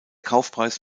kaufpreis